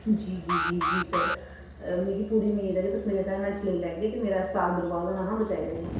जी जी जी सर मिगी पूरी उम्मीद ऐ कि तुस मेरी असाइनमेंट्स लेई लेगै ते मेरा साल बरबाद होने कोला बचाई लैगे